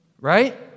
Right